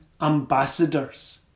ambassadors